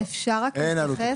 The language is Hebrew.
אנו לא בחנו